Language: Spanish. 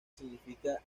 significa